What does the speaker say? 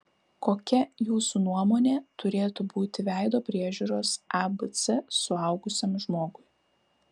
kokia jūsų nuomone turėtų būti veido priežiūros abc suaugusiam žmogui